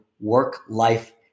work-life